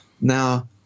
Now